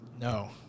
No